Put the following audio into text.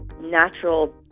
natural